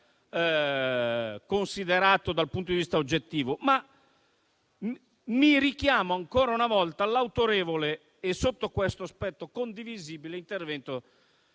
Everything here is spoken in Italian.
considerato dal punto di vista oggettivo, ma mi richiamo ancora una volta all'autorevole - e sotto questo aspetto condivisibile - intervento